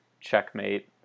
Checkmate